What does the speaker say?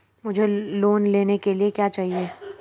मुझे लोन लेने के लिए क्या चाहिए?